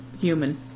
human